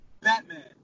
Batman